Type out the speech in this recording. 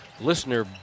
listener